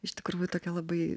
iš tikrųjų tokia labai